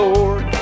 Lord